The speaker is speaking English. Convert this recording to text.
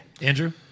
Andrew